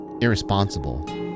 irresponsible